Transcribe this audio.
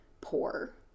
poor